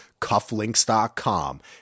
Cufflinks.com